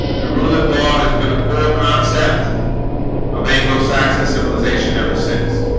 the rule of law has been a core concept of anglo-saxon civilization ever since